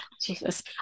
Jesus